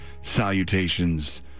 salutations